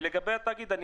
לגבי התאגיד והחוק הזה,